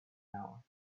hour